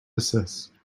desist